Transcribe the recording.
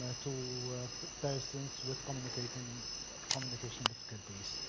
ah to but persons with communication communication difficulties.